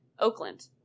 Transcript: Oakland